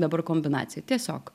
dabar kombinaciją tiesiog